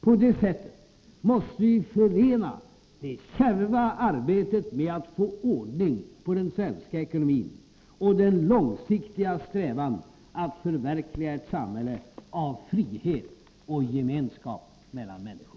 På det sättet måste vi förena det kärva arbetet med att få ordning på den svenska ekonomin och den långsiktiga strävan att förverkliga ett samhälle med frihet och gemenskap mellan människor.